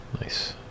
nice